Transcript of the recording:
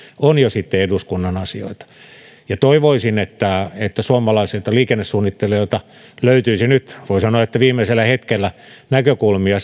on sitten jo eduskunnan asioita toivoisin että suomalaisilta liikennesuunnittelijoilta löytyisi nyt voi sanoa että viimeisellä hetkellä näkökulmia